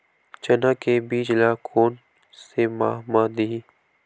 चना के बीज ल कोन से माह म दीही?